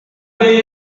one